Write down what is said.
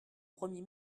premier